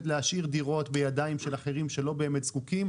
להשאיר דירות בידיים של אחרים שלא באמת זקוקים,